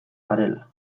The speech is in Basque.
garela